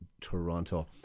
Toronto